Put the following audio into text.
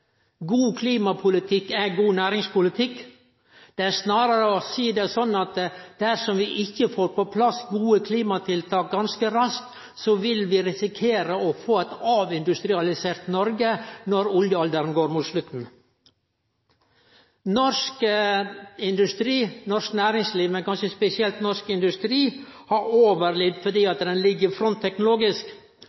God klimapolitikk er god næringspolitikk. Ein kan snarare seie det sånn at dersom vi ikkje får på plass gode klimatiltak ganske raskt, vil vi risikere å få eit avindustrialisert Noreg når oljealderen går mot slutten. Norsk næringsliv – spesielt norsk industri – har overlevd fordi det ligg